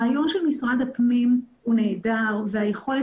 הרעיון של משרד הפנים הוא נהדר והיכולת